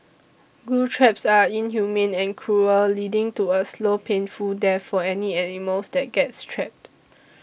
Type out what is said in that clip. glue traps are inhumane and cruel leading to a slow painful death for any animals that gets trapped